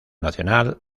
nacional